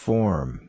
Form